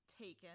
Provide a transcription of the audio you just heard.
Taken